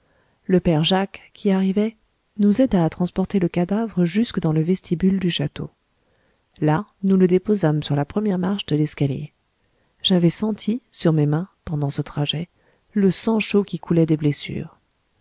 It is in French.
le père jacques qui arrivait nous aida à transporter le cadavre jusque dans le vestibule du château là nous le déposâmes sur la première marche de l'escalier j'avais senti sur mes mains pendant ce trajet le sang chaud qui coulait des blessures